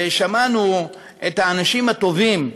ושמענו את האנשים הטובים,